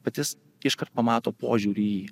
bet jis iškart pamato požiūrį į jį